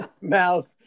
mouth